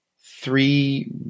three